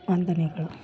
ವಂದನೆಗಳು